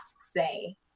say